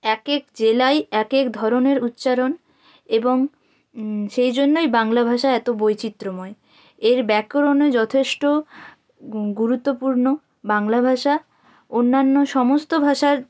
এক এক জেলায় এক এক ধরনের উচ্চারণ এবং সেই জন্যই বাংলা ভাষা এতো বৈচিত্র্যময় এর ব্যাকরণে যথেষ্ট গুরুত্বপূর্ণ বাংলা ভাষা অন্যান্য সমস্ত ভাষার